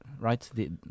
right